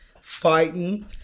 fighting